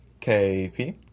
KP